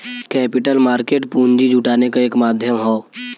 capital market पूंजी जुटाने क एक माध्यम हौ